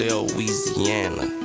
Louisiana